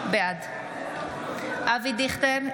בעד אבי דיכטר,